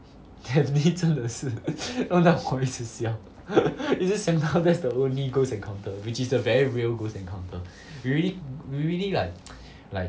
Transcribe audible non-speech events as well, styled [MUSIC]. daphne 真的是弄到我一直笑 [LAUGHS] 一直想到 that's the only ghost encounter which is the very real ghost encounter we really we really like [NOISE] like